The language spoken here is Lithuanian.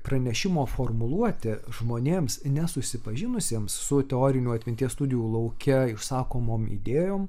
pranešimo formuluotė žmonėms nesusipažinusiems su teoriniu atminties studijų lauke išsakomom idėjom